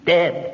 Dead